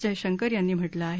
जयशंकर यांनी म्हटलं आहे